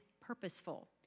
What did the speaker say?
purposeful